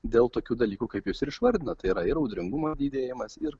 dėl tokių dalykų kaip jūs išvardinote yra ir audringumo didėjimas ir